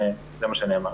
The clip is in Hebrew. זה מה שנאמר.